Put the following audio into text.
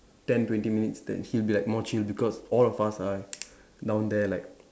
ten twenty minutes then he'll be like more chill because all of us are down there like